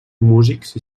músics